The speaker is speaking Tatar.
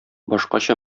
башкача